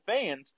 fans